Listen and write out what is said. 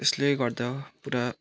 यसले गर्दा पुरा